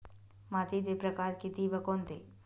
मातीचे प्रकार किती व कोणते?